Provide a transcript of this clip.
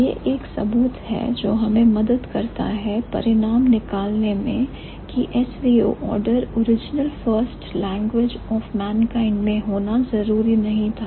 यह एक सबूत है जो हमें मदद करता है परिणाम पाने में की SVO order original first language of mankind मैं होना जरूरी नहीं था